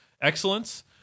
excellence